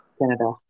Canada